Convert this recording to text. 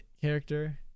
character